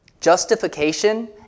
Justification